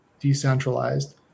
decentralized